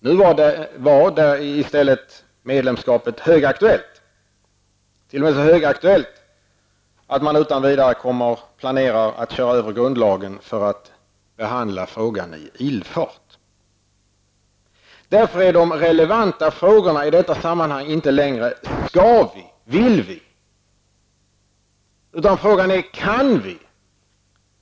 Nu var i stället medlemskap högaktuellt, t.o.m. så högaktuellt att man utan vidare planerar att köra över grundlagen för att behandla frågan i ilfart. Därför är de relevanta frågorna i detta sammanhang inte längre: Skall vi? Vill vi? Frågorna är i stället: Kan vi?